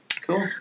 Cool